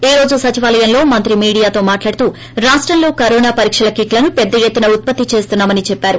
ఈ రోజు సచివాలయం లో మంత్రి మీడియా తో మాట్లాడుతూ రాష్టంలో కరోనా పరీక్షల కిట్లను పెద్ద ఎత్తున ఉత్పత్తి చేస్తున్నామని చెప్పారు